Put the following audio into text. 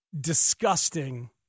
disgusting